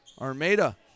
Armada